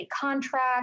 contract